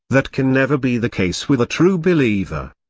that can never be the case with a true believer.